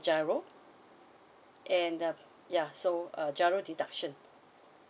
giro and uh ya so giro deduction